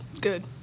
Good